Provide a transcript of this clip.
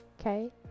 okay